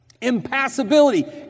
Impassibility